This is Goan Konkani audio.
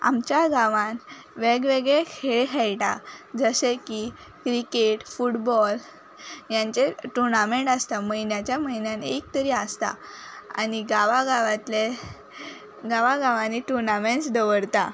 आमच्या गांवान वेग वेगळे खेळ खेळटा जशे की क्रिकेट फुटबॉल ह्यांचे टोणामँट आसता म्हयन्याच्या म्हयन्यान एक तरी आसता आनी गांवा गांवातले गांवा गांवानी टुनामॅण्स दवरता